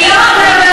בוודאי.